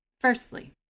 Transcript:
Firstly